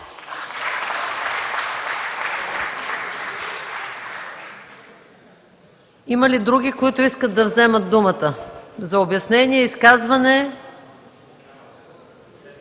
Има ли други, които искат да вземат думата за обяснение, изказване?